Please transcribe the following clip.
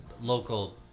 local